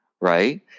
right